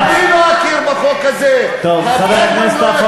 אני לא אכיר בחוק הזה, לא יכירו בחוק הזה.